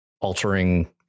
altering